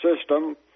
System